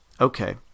Okay